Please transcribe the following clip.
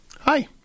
Hi